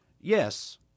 Yes